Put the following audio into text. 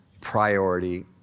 priority